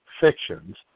fictions